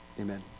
amen